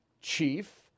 chief